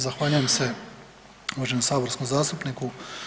Zahvaljujem se uvaženom saborskom zastupniku.